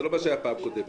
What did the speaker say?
זה לא מה שהיה פעם קודמת.